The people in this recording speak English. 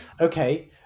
Okay